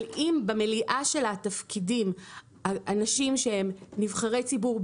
במליאה שלה ממלאים תפקידים אנשים שהם ברובם נבחרי ציבור.